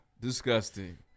disgusting